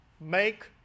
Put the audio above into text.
Make